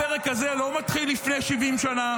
הפרק הזה לא מתחיל לפני 70 שנה,